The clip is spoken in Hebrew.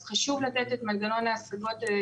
אז חשוב לתת את מנגנון ההשגות האלה,